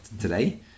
today